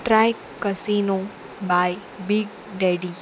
try casino by big daddy